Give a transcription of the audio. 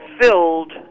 filled